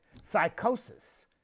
psychosis